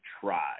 try